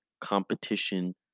competition